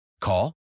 Call